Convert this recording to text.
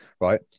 right